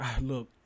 Look